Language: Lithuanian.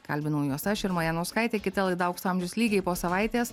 kalbinau juos aš irma janauskaitė kita laida aukso amžius lygiai po savaitės